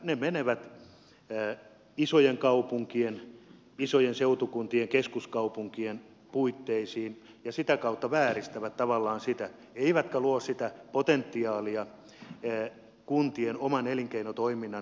ne menevät isojen kaupunkien isojen seutukuntien keskuskaupunkien puitteisiin ja sitä kautta vääristävät tavallaan sitä eivätkä luo potentiaalia kuntien oman elinkeinotoiminnan viriämiseen